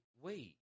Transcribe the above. wait